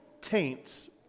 taints